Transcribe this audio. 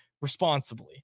responsibly